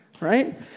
right